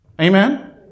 Amen